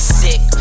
sick